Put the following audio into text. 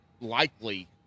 likely